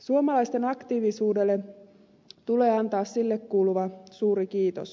suomalaisten aktiivisuudelle tulee antaa sille kuuluva suuri kiitos